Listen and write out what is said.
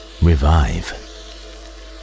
revive